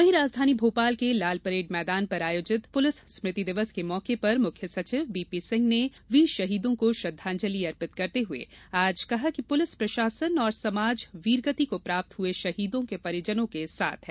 वही राजधानी मोपाल के लालपरेड मैदान पर आयोजित पुलिस स्मृति दिवस परेड के मौके पर मुख्य सचिव बीपीसिंह ने वीर शहीदों को श्रद्धांजलि अर्पित करते हुए आज कहा कि पुलिस प्रशासन और समाज वीरगति को प्राप्त हुए शहीदों के परिजनों के साथ है